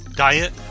diet